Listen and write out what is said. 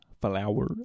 Flower